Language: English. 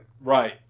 Right